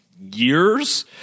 years